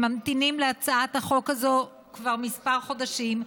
הם ממתינים להצעת החוק הזאת כבר כמה חודשים,